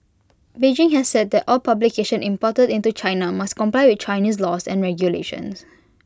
Beijing has said that all publications imported into China must comply with Chinese laws and regulations